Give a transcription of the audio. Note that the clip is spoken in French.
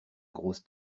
grosse